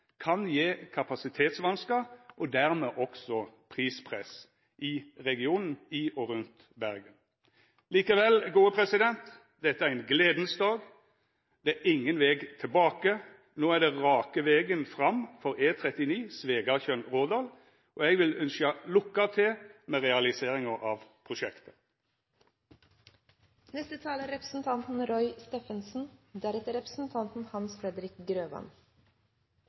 kan gje kapasitetsvanskar og dermed også prispress i regionen i og rundt Bergen. Likevel, dette er ein gledesdag. Det er ingen veg tilbake. No er det rake vegen fram for E39 Svegatjørn–Rådal, og eg vil ynskja lukke til med realiseringa av prosjektet. Det er en god dag når representanten